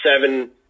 seven